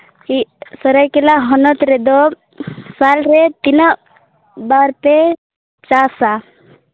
ᱪᱮᱫ ᱥᱟᱹᱨᱟᱹᱭᱠᱮᱞᱟ ᱦᱚᱱᱚᱛ ᱨᱮᱫᱚ ᱥᱟᱞᱨᱮ ᱛᱤᱱᱟᱹᱜ ᱵᱟᱨ ᱯᱮ ᱪᱟᱥᱼᱟ